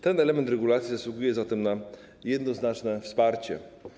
Ten element regulacji zasługuje zatem na jednoznaczne wsparcie.